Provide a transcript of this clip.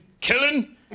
killing